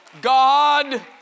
God